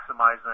maximizing